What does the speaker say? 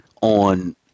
on